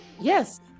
yes